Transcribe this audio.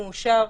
מאושר,